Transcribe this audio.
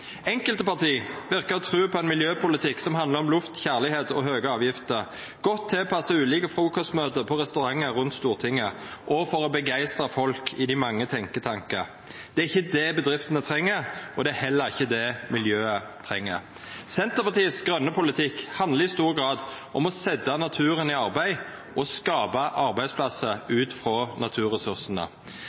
Enkelte parti verkar å tru på ein miljøpolitikk som handlar om luft, kjærleik og høge avgifter, godt tilpassa ulike frukostmøte på restaurantar rundt Stortinget og for å begeistra folk i dei mange tenkjetankane. Det er ikkje det bedriftene treng, og det er heller ikkje det miljøet treng. Senterpartiet sin grøne politikk handlar i stor grad om å setja naturen i arbeid og skapa arbeidsplassar ut frå naturressursane.